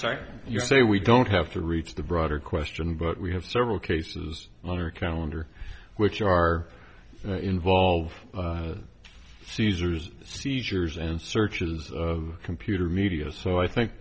sorry you say we don't have to reach the broader question but we have several cases on our calendar which are involve cesar's seizures and searches of computer media so i think